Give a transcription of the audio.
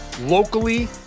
locally